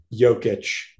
Jokic